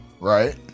right